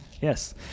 Yes